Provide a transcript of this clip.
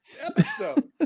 episode